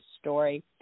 story